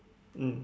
mm